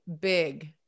big